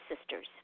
sisters